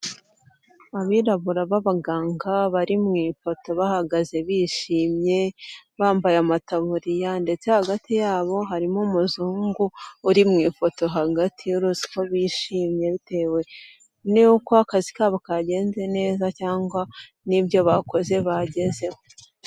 Abirabura b'abaganga bari mu ifoto bahagaze bishimye bambaye amataburiya ndetse hagati yabo harimo umuzungu uri mu ifoto hagatirose ko bishimye bitewe n'uko akazi kabo kagenze neza cyangwa n'ibyo bakoze bagezeho.